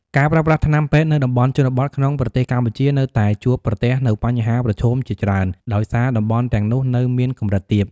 ការប្រើប្រាស់ថ្នាំពេទ្យនៅតំបន់ជនបទក្នុងប្រទេសកម្ពុជា នៅតែជួបប្រទះនូវបញ្ហាប្រឈមជាច្រើន ដោយសារតំបន់ទាំងនោះនៅមានកម្រិតទាប។